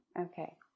Okay